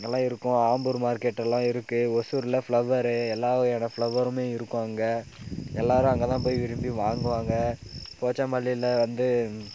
எல்லாம் இருக்கும் ஆம்பூர் மார்க்கெட்டெல்லாம் இருக்கு ஒசூரில் ஃப்ளவரு எல்லா வகையான ஃப்ளவருமே இருக்கும் அங்கே எல்லாரும் அங்கே தான் போய் விரும்பி வாங்குவாங்க போச்சம்பள்ளியில் வந்து